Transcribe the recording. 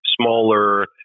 smaller